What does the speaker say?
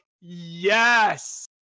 yes